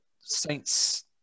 Saints